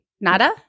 nada